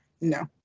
No